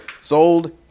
sold